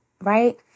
right